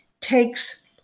takes